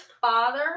Father